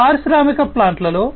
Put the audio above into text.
కాబట్టి పారిశ్రామిక ప్లాంట్లలో